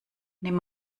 nimm